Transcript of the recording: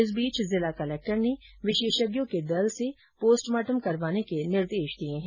इस बीच जिला कलेक्टर ने विशेषज्ञों के दल से पोस्टमार्टम करवाने के निर्देश दिए हैं